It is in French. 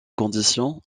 conditions